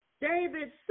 David